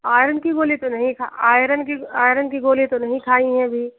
iron को गोली तो नहीं खा आयरन की आयरन की गोली तो नहीं खाई हैं अभी